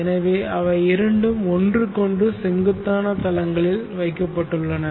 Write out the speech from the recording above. எனவே அவை இரண்டும் ஒன்றுக்கொன்று செங்குத்தான தளங்களில் வைக்கப்பட்டுள்ளன